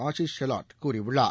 ஆசிஷ் ஷெலாட் கூறியுள்ளார்